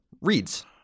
reads